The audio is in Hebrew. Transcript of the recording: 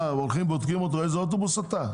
מה, הולכים ובודקים אותו: איזה אוטובוס אתה?